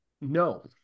no